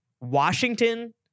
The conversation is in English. Washington